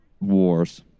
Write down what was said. Wars